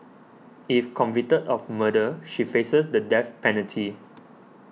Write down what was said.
if convicted of murder she faces the death penalty